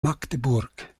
magdeburg